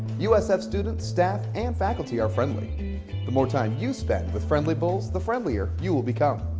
usf students staff and faculty are friendly the more time you spend with friendly bulls the friendlier you will become.